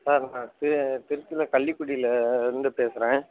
sir நான் திரு திருச்சியில கள்ளிக்குடிலருந்து பேசுகிறேன்